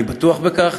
אני בטוח בכך,